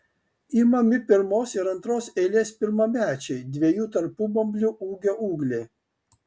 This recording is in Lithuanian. imami pirmos ir antros eilės pirmamečiai dviejų tarpubamblių ilgio ūgliai